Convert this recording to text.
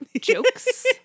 jokes